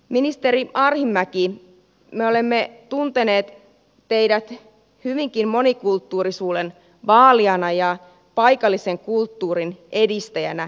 ministeri arhinmäki me olemme tunteneet teidät hyvinkin monikulttuurisuuden vaalijana ja paikallisen kulttuurin edistäjänä